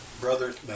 brothers